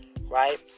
right